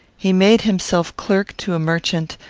he made himself clerk to a merchant,